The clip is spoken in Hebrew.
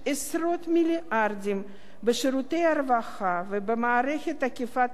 מיליארדים בשירותי הרווחה ובמערכת אכיפת החוק,